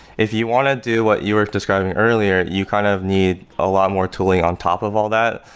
if you want to do what you were describing earlier, you kind of need a lot more tooling on top of all that.